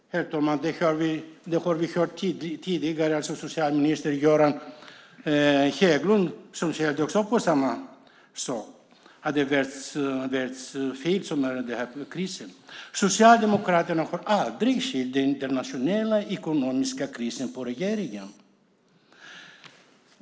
Det har vi hört tidigare, herr talman, från socialminister Göran Hägglund, som också på samma sätt skyllde på omvärlden för krisen. Socialdemokraterna har aldrig beskyllt regeringen för den internationella ekonomiska krisen.